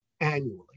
annually